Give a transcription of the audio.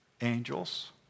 angels